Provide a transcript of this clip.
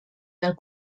del